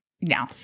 no